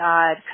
God